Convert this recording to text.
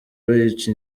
bayica